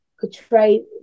portray